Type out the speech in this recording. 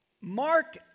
Mark